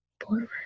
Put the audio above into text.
Forward